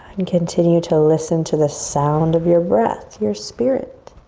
and continue to listen to the sound of your breath, your spirit.